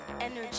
energy